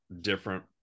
different